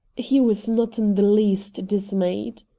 he was not in the least dismayed.